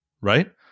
right